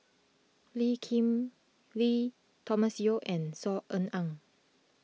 Lee Kip Lee Thomas Yeo and Saw Ean Ang